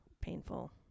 painful